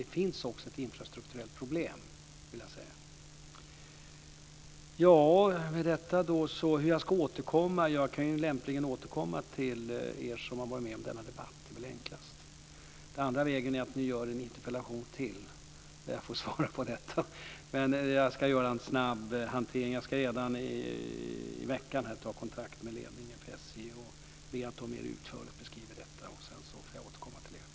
Det finns också ett infrastrukturellt problem. Hur ska jag återkomma? Ja, jag kan lämpligen återkomma till er som har varit med om denna debatt. Det är väl enklast. Den andra vägen är att ni skriver en interpellation till som jag får svara på. Jag ska göra en snabb hantering. Jag ska redan nu i veckan ta kontakt med ledningen för SJ och be att de mer utförligt beskriver detta, och sedan får jag återkomma till er.